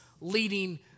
leading